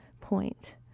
point